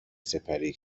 سپری